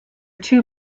two